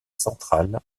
centrale